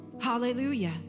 Hallelujah